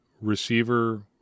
receiver